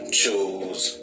choose